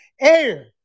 air